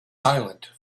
silent